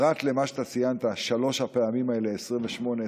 פרט למה שאתה ציינת, שלוש הפעמים האלה, 28,